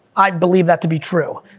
i believe that to be true.